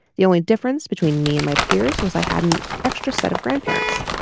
the only difference between me and my peers was i had an extra set of grandparents.